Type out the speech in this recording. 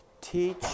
teach